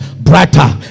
brighter